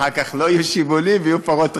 אחר כך לא יהיו שיבולים ויהיו פרות רזות.